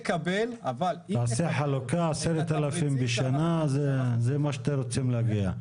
תעשה חלוקה 10,000 בשנה, לזה אתם רוצים להגיע.